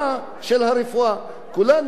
כולנו רוצים רמה טובה,